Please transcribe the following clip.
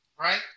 right